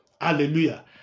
Hallelujah